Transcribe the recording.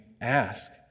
ask